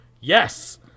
yes